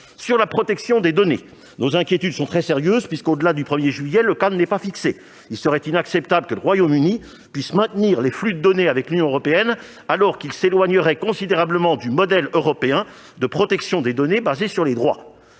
Sur la protection des données, nos inquiétudes sont très sérieuses, puisque, au-delà du 1 juillet prochain, le cadre n'est pas fixé. Il serait inacceptable que le Royaume-Uni puisse maintenir les flux de données avec l'Union européenne, alors qu'il s'éloignerait considérablement du modèle européen de protection des données basé sur les droits.